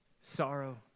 sorrow